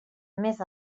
més